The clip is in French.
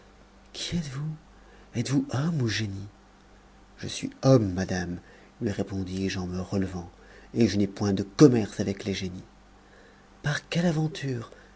qui êtes-vous êtesvous homme ou génie je suis homme madame lui répondis-je en me relevant et je n'ai point de commerce avec les génies par quelle aventure